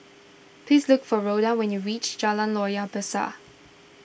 please look for Rhoda when you reach Jalan Loyang Besar